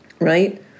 right